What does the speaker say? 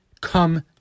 come